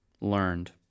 learned